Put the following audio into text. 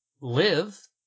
live